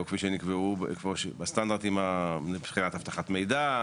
הסטנדרטים מבחינת אבטחת מידע,